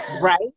Right